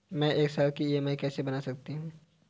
मैं एक साल की ई.एम.आई कैसे बना सकती हूँ?